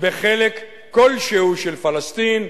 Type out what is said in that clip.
בחלק כלשהו של פלסטין.